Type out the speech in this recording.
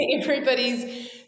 Everybody's